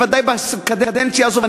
בוודאי בקדנציה הזאת,